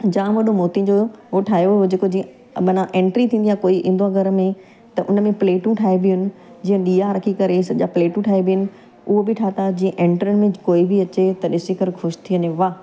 जाम वॾो मोतियुनि जो उहो ठाहियो हुओ जेको जींअ माना एंट्री थींदी आहे कोई ईंदो घर में त उनमें प्लेटूं ठाहिॿियूं आहिनि जीअं ॾीआ रखी करे सॼा प्लेटूं ठाहिॿियूं आहिनि उहो बि ठाता जीअं एंट्रेंस में कोई बि अचे त ॾिसी करे ख़ुशि थी वञे वाह